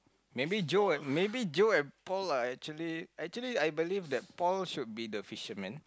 maybe Joe maybe Joe and Paul are actually actually I believe that Paul should be the fisherman